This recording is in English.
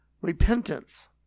Repentance